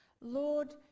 Lord